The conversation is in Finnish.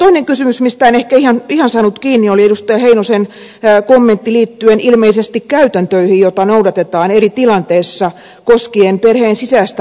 toinen kysymys josta en ehkä ihan saanut kiinni oli edustaja heinosen kommentti liittyen ilmeisesti käytäntöihin joita noudatetaan eri tilanteissa koskien perheen sisäistä adoptiota